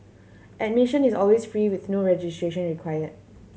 admission is always free with no registration required